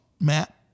Matt